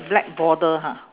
black border ha